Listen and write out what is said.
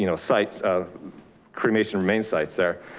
you know sites of cremation remain sites there.